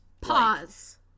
pause